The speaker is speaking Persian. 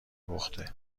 پخته